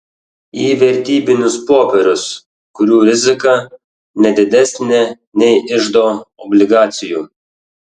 į vertybinius popierius kurių rizika ne didesnė nei iždo obligacijų